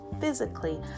physically